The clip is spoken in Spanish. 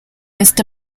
este